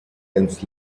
ins